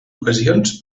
ocasions